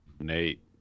Nate